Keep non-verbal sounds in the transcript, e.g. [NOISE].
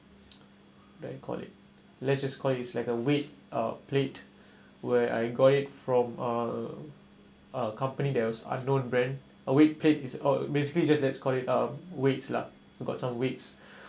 like you call it let just call it is like a weight uh plate where I got it from a a company that was unknown brand a weight plate is basically just let's call it um weights lah got some weights [BREATH]